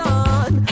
on